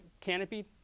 canopy